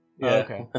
okay